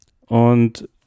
und